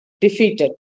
defeated